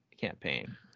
campaign